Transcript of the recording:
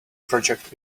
project